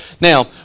Now